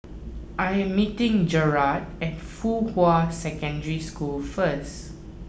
I am meeting Jarrad at Fuhua Secondary School first